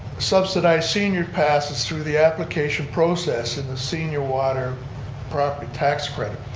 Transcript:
subsidized senior passes through the application process and the senior water property tax credit.